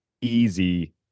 easy